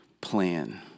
plan